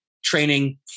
training